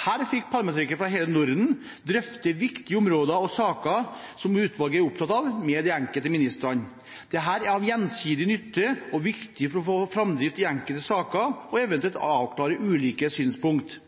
fikk parlamentarikere fra hele Norden drøfte viktige områder og saker som utvalget er opptatt av, med de enkelte ministrene. Dette er av gjensidig nytte og viktig for å få framdrift i enkelte saker og eventuelt avklare ulike synspunkter.